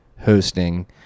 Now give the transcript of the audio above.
hosting